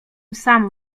sam